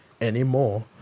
anymore